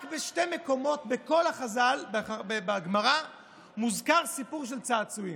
רק בשני מקומות בגמרא מוזכר סיפור של צעצועים: